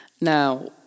Now